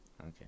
Okay